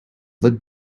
vote